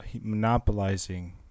monopolizing